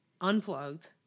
Unplugged